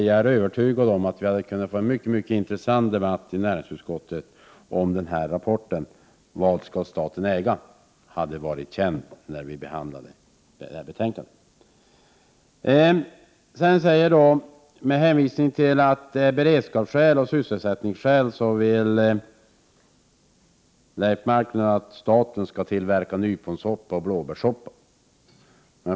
Jag är övertygad om att vi hade kunnat få en mycket intressant debatt i utskottet, om rapporten ”Vad skall staten äga?” hade varit känd när vi behandlade detta ärende. Av beredskapsskäl och sysselsättningsskäl vill Leif Marklund att staten skall tillverka nyponsoppa och blåbärssoppa.